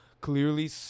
clearly